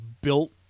built